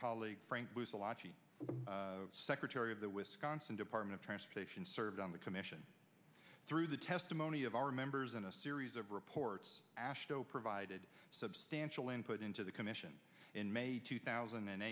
laci secretary of the wisconsin department of transportation served on the commission through the testimony of our members in a series of reports ashville provided substantial input into the commission in may two thousand and